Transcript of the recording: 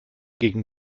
gegen